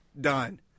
done